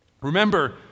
Remember